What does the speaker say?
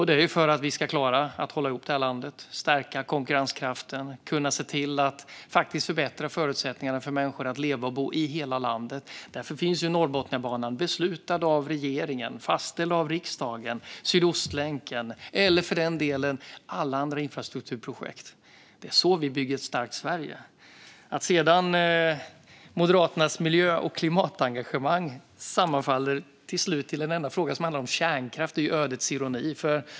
Det är för att vi ska klara att hålla ihop det här landet, stärka konkurrenskraften och kunna se till att förbättra förutsättningarna för människor att leva och bo i hela landet. Därför finns Norrbotniabanan - beslutad av regeringen, fastställd av riksdagen - och även Sydostlänken och för den delen alla andra infrastrukturprojekt. Det är så vi bygger ett starkt Sverige. Att sedan Moderaternas miljö och klimatengagemang till slut sammanfaller i en enda fråga som handlar om kärnkraft är ödets ironi.